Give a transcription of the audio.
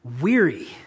weary